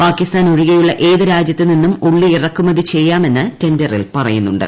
പാകിസ്ഥാൻ ഒഴികെയുള്ള ഏത് രാജ്യത്ത് നിന്നും ഉള്ളി ഇറക്കുമതി ചെയ്യാമെന്ന് ടെണ്ടറിൽ പറയുന്നുണ്ട്